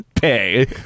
pay